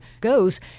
goes